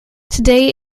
today